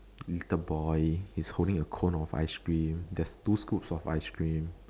little boy he's holding a cone of ice cream there's two scoops of ice cream